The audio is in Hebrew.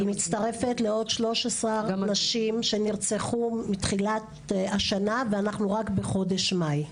היא מצטרפת לעוד 13 נשים שנרצחו מתחילת השנה ואנחנו רק בחודש מאי.